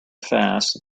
fast